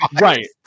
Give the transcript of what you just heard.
right